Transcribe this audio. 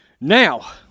Now